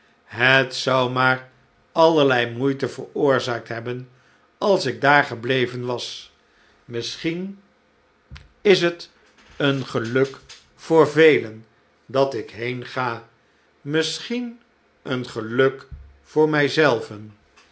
het zou maar allerlei moeite veroorzaakt hebben als ik daar gebleven was misschien is het een geluk voor velen dat ik heenga misschien een geluk voor mij